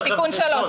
זה תיקון שלו,